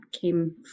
came